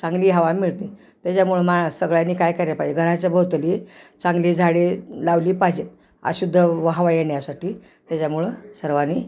चांगली हवा मिळते त्याच्यामुळं मा सगळ्यांनी काय केलं पाहिजे घराच्या भोवताली चांगली झाडे लावली पाहिजेत अशुद्ध ववा येण्यासाठी त्याच्यामुळं सर्वानी